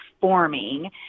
forming